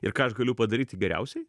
ir ką aš galiu padaryti geriausiai